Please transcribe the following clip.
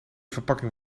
verpakking